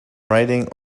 writing